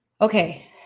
Okay